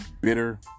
bitter